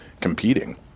competing